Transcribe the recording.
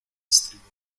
estribor